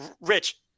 Rich